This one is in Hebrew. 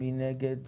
מי נגד?